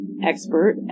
Expert